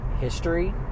history